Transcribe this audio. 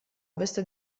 ovest